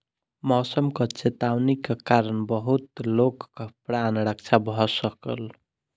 मौसमक चेतावनी के कारण बहुत लोकक प्राण रक्षा भ सकल